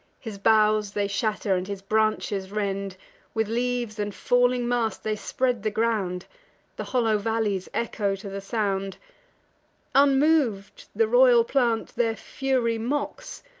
his boughs they shatter, and his branches rend with leaves and falling mast they spread the ground the hollow valleys echo to the sound unmov'd, the royal plant their fury mocks,